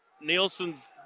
Nielsen's